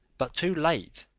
but too late,